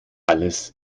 alles